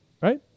Right